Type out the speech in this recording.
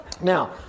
Now